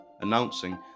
announcing